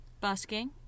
busking